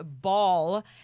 ball